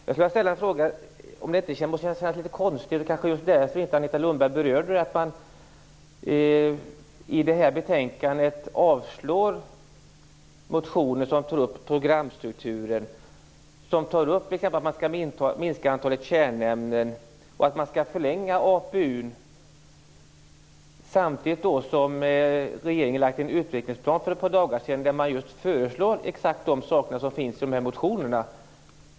Min första fråga är: Känns det inte litet konstigt - det är kanske just därför Agneta Lundberg inte berörde det - att man i det här betänkandet yrkar avslag på motioner som tar upp programstrukturer, att man t.ex. skall minska antalet kärnämnen och att man skall förlänga APU:n, när regeringen för ett par dagar sedan har lagt fram en utvecklingsplan där man föreslår exakt de saker som finns med i motionerna?